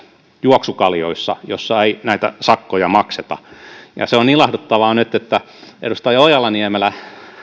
juoksukaljoissa joissa ei näitä sakkoja makseta se on ilahduttavaa nyt että myös edustaja ojala niemelä